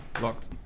Locked